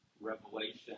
revelation